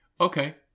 okay